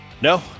No